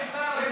אין פה שר.